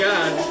God